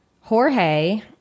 Jorge